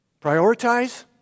Prioritize